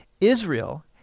Israel